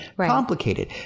complicated